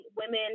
women